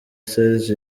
serge